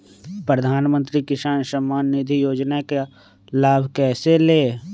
प्रधानमंत्री किसान समान निधि योजना का लाभ कैसे ले?